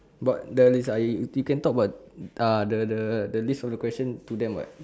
but there is I you can talk about ah the the the list of the question to them [what]